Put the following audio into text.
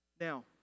Now